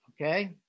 Okay